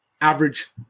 average